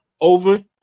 over